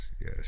Yes